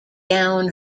down